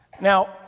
Now